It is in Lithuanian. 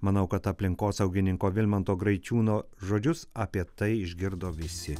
manau kad aplinkosaugininko vilmanto graičiūno žodžius apie tai išgirdo visi